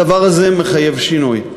הדבר הזה מחייב שינוי.